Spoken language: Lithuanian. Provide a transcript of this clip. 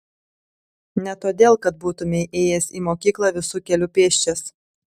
ne todėl kad būtumei ėjęs į mokyklą visu keliu pėsčias